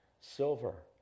silver